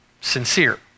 sincere